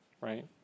right